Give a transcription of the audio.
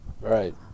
Right